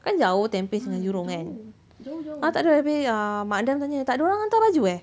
kan jauh tampines dengan jurong kan ha tak ada tak ada habis err mak andam tanya tak ada orang hantar baju eh